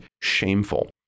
shameful